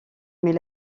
mais